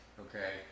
okay